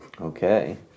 Okay